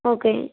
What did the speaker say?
okay